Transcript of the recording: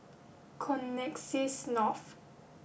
Connexis North